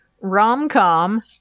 rom-com